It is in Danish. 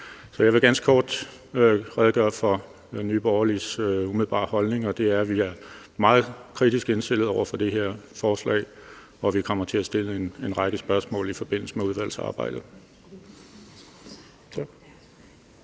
Jeg vil ganske kort redegøre for Nye Borgerliges umiddelbare holdning, og det er, at vi er meget kritisk indstillet over for det her forslag, og vi kommer til at stille en række spørgsmål i forbindelse med udvalgsarbejdet.